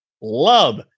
love